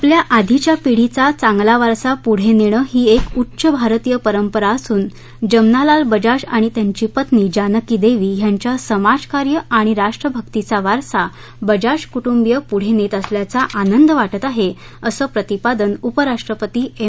आपल्या आधीच्या पिढीचा चांगला वारसा पुढे नेणं ही एक उच्च भारतीय परंपरा असून जमनालाल बजाज आणि त्यांची पत्नी जानकी देवी यांच्या समाजकार्य आणि राष्ट्रभक्तीचा वारसा बजाज कुटुंबीय पुढे नेत असल्याचा आनंद वाटत आहे असं प्रतिपादन उपराष्ट्रपती एम